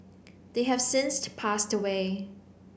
they have since passed away